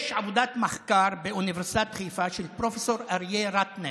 יש עבודת מחקר באוניברסיטת חיפה של פרופ' אריה רטנר,